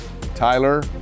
Tyler